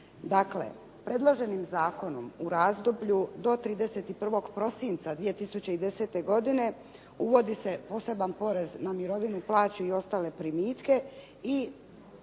Dakle, predloženim zakonom u razdoblju do 31. prosinca 2010. godine uvodi se poseban porez na mirovine, plaće i ostale primitke i